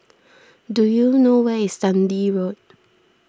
do you know where is Dundee Road